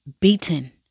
beaten